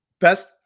Best